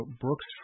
Brooks